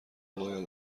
باید